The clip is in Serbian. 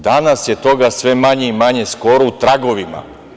Danas je toga sve manje i manje, skoro u tragovima.